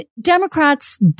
Democrats